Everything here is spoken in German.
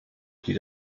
die